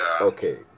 okay